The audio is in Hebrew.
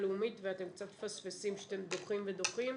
לאומית ואתם קצת מפספסים כשאתם דוחים ודוחים,